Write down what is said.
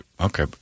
Okay